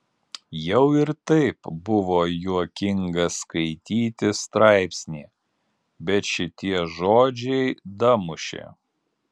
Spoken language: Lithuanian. jau ir taip buvo juokinga skaityti straipsnį bet šitie žodžiai damušė